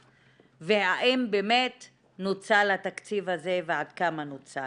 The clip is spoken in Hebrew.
והאם באמת נוצל התקציב הזה ועד כמה נוצל.